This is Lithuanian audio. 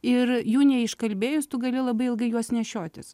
ir jų neiškalbėjus tu gali labai ilgai juos nešiotis